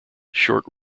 short